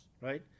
right